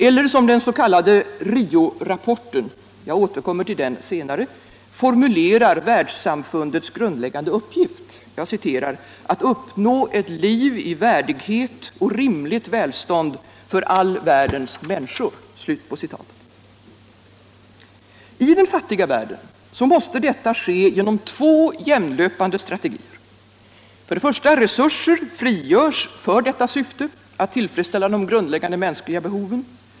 Eller som den:s.k. Riorapporten — jag återkommer till den senare = formulerar världssamfundets grundläggande uppgift: att uppnå ett liv i värdighet och rimligt välstånd för all världens människor. I den fattiga världen måste detta ske genom två jämnlöpande strategier. För det första: Resurser frigörs för syftet att tillfredsställa de grundläggande behoven.